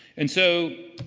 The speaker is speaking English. and so,